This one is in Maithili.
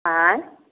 अँए